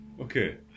Okay